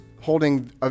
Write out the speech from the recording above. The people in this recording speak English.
holding